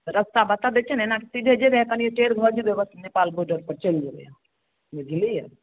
रस्ता बता दै छी ने एना कऽ सीधे जेबै कनी टेढ भऽ जेबै बस नेपाल बोर्डर पर चलि जेबै अहाँ बुझलियै